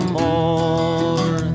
more